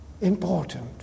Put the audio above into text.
important